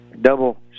Double